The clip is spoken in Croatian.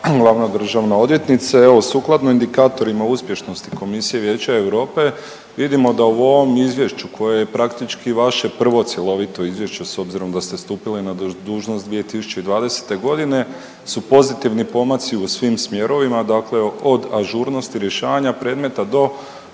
glavna državna odvjetnice. Evo sukladno indikatorima uspješnosti Komisije Vijeća Europe vidimo da u ovome izvješću koje je praktički vaše prvo cjelovito izvješće s obzirom da ste stupili na dužnost 2020.g. su pozitivni pomaci u svim smjerovima, dakle od ažurnosti rješavanja predmeta do